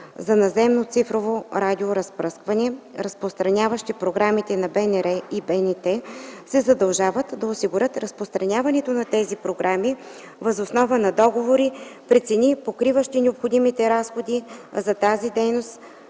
за наземно цифрово радиоразпръскване разпространяващи програмите на БНР и БНТ се задължават да осигурят разпространението на тези програми въз основа на договори при цени, покриващи необходимите разходи за тази дейност